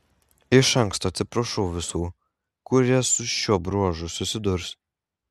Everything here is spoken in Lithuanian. iš anksto atsiprašau visų kurie su šiuo bruožu susidurs